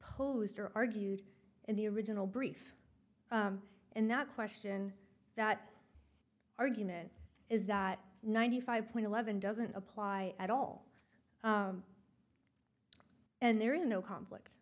posed or argued in the original brief and not question that argument is that ninety five point eleven doesn't apply at all and there is no conflict